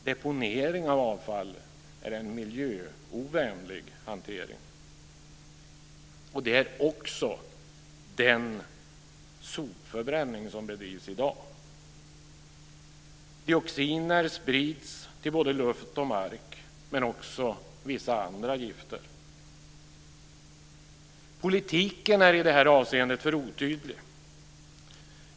Deponering av avfall är en miljöovänlig hantering, och det är också den sopförbränning som bedrivs i dag. Dioxiner sprids till både luft och mark, men också vissa andra gifter. Politiken är i det här avseendet för otydlig.